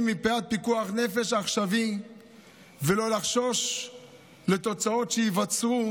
מפאת פיקוח נפש עכשווי ולא לחשוש לתוצאות שייווצרו,